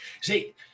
See